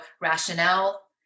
rationale